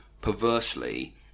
perversely